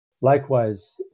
Likewise